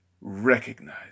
recognize